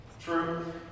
true